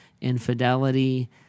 Infidelity